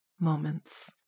moments